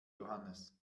johannes